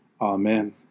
Amen